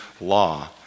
law